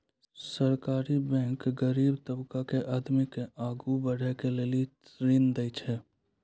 सहकारी बैंक गरीब तबका के आदमी के आगू बढ़ै के लेली ऋण देय छै